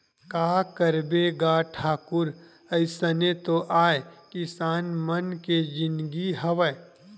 का करबे गा ठाकुर अइसने तो आय किसान मन के जिनगी हवय